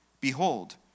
Behold